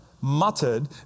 Muttered